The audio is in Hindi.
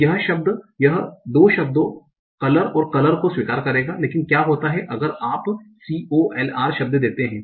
तो यह 2 शब्दों कलर और कलर को स्वीकार करेगा लेकिन तो क्या होता है अगर आप colr शब्द देते हैं